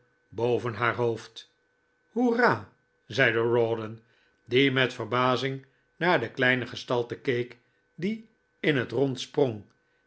boven haar hoofd hoera zeide rawdon die met verbazing naar de kleine gestalte keek die in het rond sprong